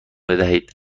بدهید